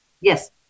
Yes